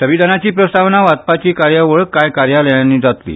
संविधानाची प्रस्तावना वाचपाची कार्यावळ कांय कार्यालयांनी जातली